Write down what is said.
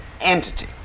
entity